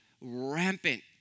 rampant